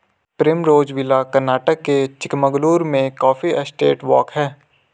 Primrose villa Karnataka के चिकमगलूर में coffee estate walk हैं